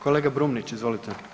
Kolega Brumnić izvolite.